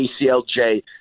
ACLJ